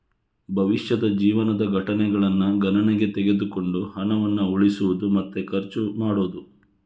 ಭವಿಷ್ಯದ ಜೀವನದ ಘಟನೆಗಳನ್ನ ಗಣನೆಗೆ ತೆಗೆದುಕೊಂಡು ಹಣವನ್ನ ಉಳಿಸುದು ಮತ್ತೆ ಖರ್ಚು ಮಾಡುದು